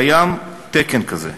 קיים תקן כזה,